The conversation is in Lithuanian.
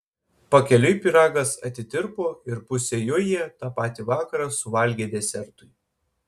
pakeliui pyragas atitirpo ir pusę jo jie tą patį vakarą suvalgė desertui